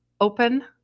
open